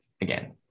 again